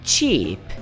Cheap